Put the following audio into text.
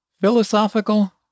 Philosophical